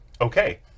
Okay